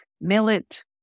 millet